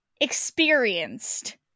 experienced